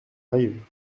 arrivent